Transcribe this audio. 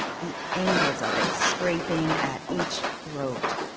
the angles of it scraping at each throat,